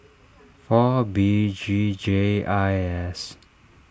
four B G J I S